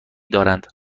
دارند